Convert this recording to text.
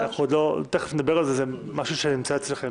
תיכף נדבר על זה, זה משהו שנמצא אצלכם.